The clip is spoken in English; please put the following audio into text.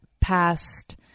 past